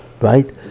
right